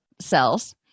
cells